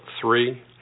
three